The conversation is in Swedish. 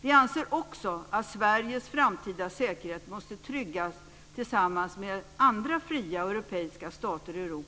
Vi anser också att Sveriges framtida säkerhet måste tryggas tillsammans med andra fria stater i